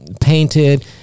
painted